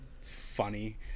funny